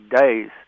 days